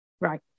right